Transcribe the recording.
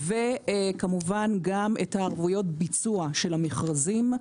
וכמובן גם את ערבויות הביצוע של המכרזים.